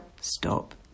Stop